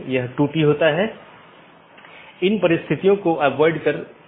वास्तव में हमने इस बात पर थोड़ी चर्चा की कि विभिन्न प्रकार के BGP प्रारूप क्या हैं और यह अपडेट क्या है